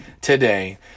today